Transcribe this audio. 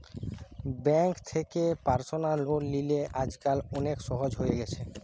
bank থেকে personal loan লিলে আজকাল অনেক সহজ হয়ে গেছে